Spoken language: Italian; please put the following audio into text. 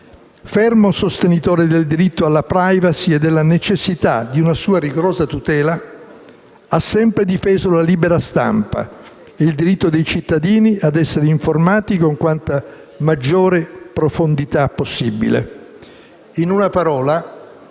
Fermo sostenitore del diritto alla *privacy* e della necessità di una sua rigorosa tutela, ha sempre difeso la libera stampa e il diritto dei cittadini a essere informati con quanta maggiore profondità possibile. In una parola,